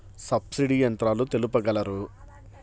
Subsidy యంత్రాలు తెలుపగలరు?